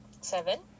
Seven